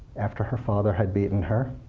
after her father had beaten her,